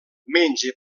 menja